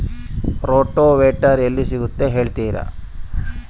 Rotavator ಎಲ್ಲಿ ಸಿಗುತ್ತದೆ ಹೇಳ್ತೇರಾ?